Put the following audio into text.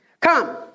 Come